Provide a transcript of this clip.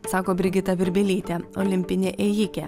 sako brigita virbelytė olimpinė ėjikė